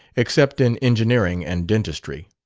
except in engineering and dentistry.